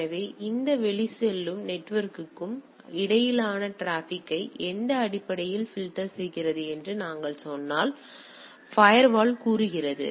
எனவே இந்த வெளிச்செல்லும் நெட்வொர்க்கும் இடையிலான டிராபிக்கை எந்த அடிப்படையில் பில்டர் செய்கிறது என்று நாங்கள் சொன்னால் ஃபயர்வால் கூறுகிறது